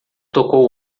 tocou